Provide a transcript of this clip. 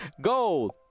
Gold